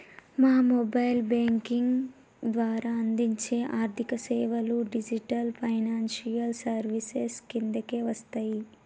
గా mobile banking ద్వారా అందించే ఆర్థికసేవలు డిజిటల్ ఫైనాన్షియల్ సర్వీసెస్ కిందకే వస్తయి